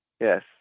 Yes